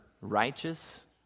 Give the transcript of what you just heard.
righteous